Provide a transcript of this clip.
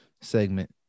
segment